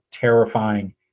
terrifying